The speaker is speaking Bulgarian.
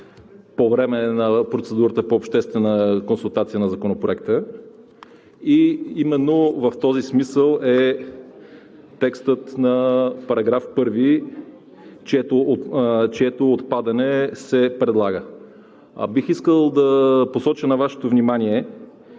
по време на процедурата по обществена консултация на Законопроекта и именно в този смисъл е текстът на § 1, чието отпадане се предлага. Бих искал да посоча на Вашето внимание,